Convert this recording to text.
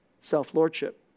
self-lordship